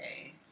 Okay